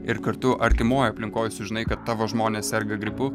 ir kartu artimoj aplinkoj sužinai kad tavo žmonės serga gripu